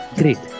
great